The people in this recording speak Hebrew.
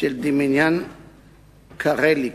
של דמיאן קרליק,